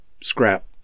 scrap